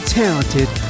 talented